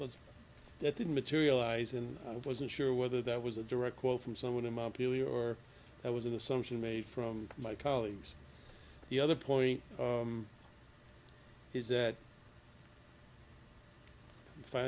was that didn't materialize and i wasn't sure whether that was a direct quote from someone in my earlier that was an assumption made from my colleagues the other point is that